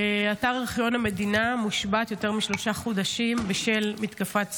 אתר ארכיון המדינה מושבת יותר משלושה חודשים בשל מתקפת סייבר.